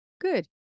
good